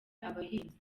abahinzi